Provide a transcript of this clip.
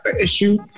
issue